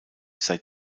sei